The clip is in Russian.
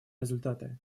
результаты